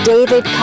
David